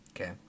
Okay